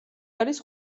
არის